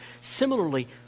Similarly